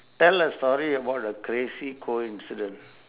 tell a story about a crazy coincident